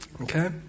Okay